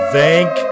Thank